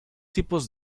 tipos